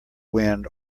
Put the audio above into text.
wind